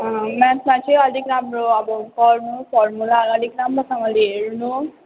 अँ म्याथमा चाहिँ अलिक राम्रो अब पढ्नु फर्मुला अलिक राम्रोसँगले हेर्नु